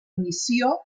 missió